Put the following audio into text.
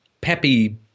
peppy